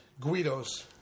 Guidos